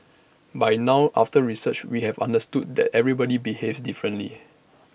by now after research we have understood that everybody behaves differently